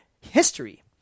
history